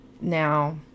now